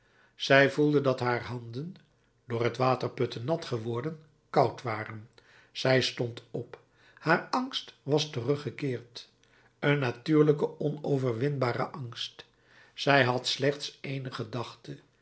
zij voelde dat haar handen door het waterputten nat geworden koud waren zij stond op haar angst was teruggekeerd een natuurlijke onverwinbare angst zij had slechts ééne gedachte